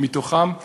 מתוכם לשנה,